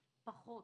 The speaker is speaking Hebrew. פחות,